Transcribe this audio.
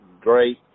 great